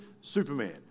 superman